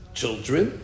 children